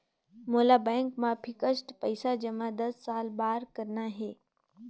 मोला बैंक मा फिक्स्ड पइसा जमा दस साल बार करना हे?